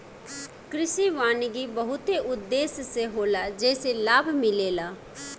कृषि वानिकी बहुते उद्देश्य से होला जेइसे लाभ मिलेला